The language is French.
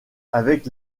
avec